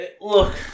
Look